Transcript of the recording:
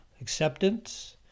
acceptance